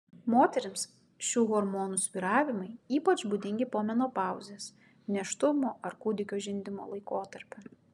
moterims šių hormonų svyravimai ypač būdingi po menopauzės nėštumo ar kūdikio žindymo laikotarpiu